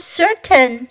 certain